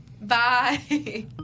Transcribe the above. Bye